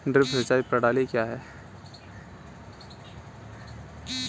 Drip सिंचाई प्रणाली क्या है?